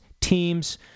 teams